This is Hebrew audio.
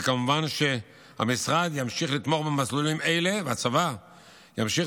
וכמובן שהמשרד ימשיך לתמוך במסלולים אלה והצבא ימשיך